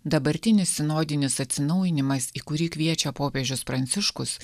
dabartinis sinodinis atsinaujinimas į kurį kviečia popiežius pranciškus